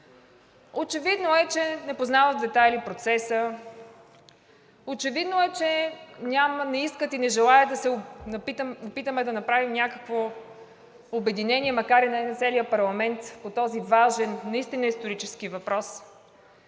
Очевидно е, че не познават в детайли процеса. Очевидно е, че не искат и не желаят да се опитаме да направим някакво обединение, макар и не на целия парламент, по този важен, наистина исторически въпрос,